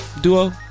duo